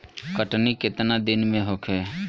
कटनी केतना दिन में होखे?